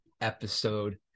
episode